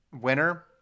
winner